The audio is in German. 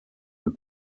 wir